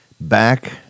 Back